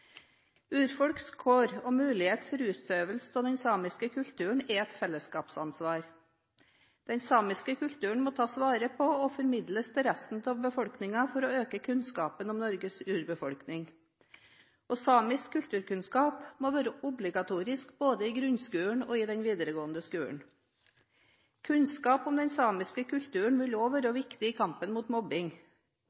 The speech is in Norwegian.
Urfolks kår og mulighet for utøvelse av den samiske kulturen er et fellesskapsansvar. Den samiske kulturen må tas vare på og formidles til resten av befolkningen for å øke kunnskapen om Norges urbefolkning, og samisk kulturkunnskap må være obligatorisk både i grunnskolen og i den videregående skolen. Kunnskap om den samiske kulturen vil også være